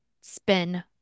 spin